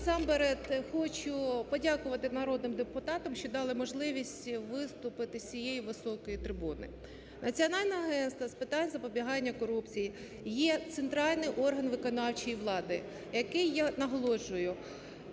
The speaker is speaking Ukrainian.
Насамперед, хочу подякувати народним депутатам, що дали можливість виступити з цієї високої трибуни. Національне агентство з питань запобігання корупції є центральний виконавчої влади, який, я наголошую,